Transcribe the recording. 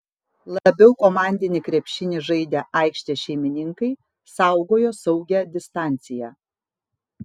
labiau komandinį krepšinį žaidę aikštės šeimininkai saugojo saugią distanciją